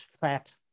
fat